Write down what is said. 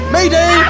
Mayday